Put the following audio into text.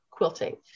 quilting